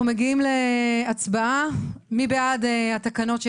אנחנו עוברים להצבעה, מי בעד התקנות?